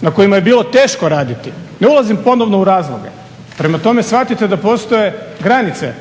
na kojima je bilo teško raditi. Ne ulazim ponovno u razloge. Prema tome shvatite da postoje granice